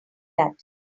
that